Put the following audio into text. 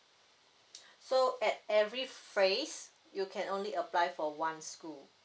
so at every phase you can only apply for one school